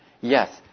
yes